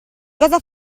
cosa